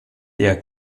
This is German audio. der